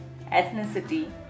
Ethnicity